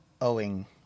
owing